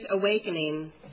awakening